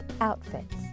outfits